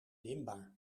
dimbaar